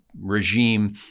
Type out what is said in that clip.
regime